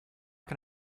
can